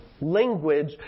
language